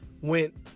went